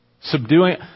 Subduing